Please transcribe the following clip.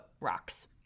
rocks